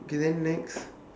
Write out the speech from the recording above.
okay then next